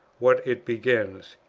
what it begins.